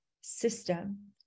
system